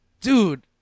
dude